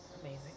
amazing